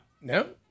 No